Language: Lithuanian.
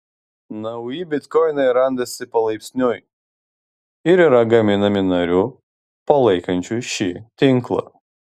nauji bitkoinai randasi palaipsniui ir yra gaminami narių palaikančių šį tinklą